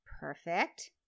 Perfect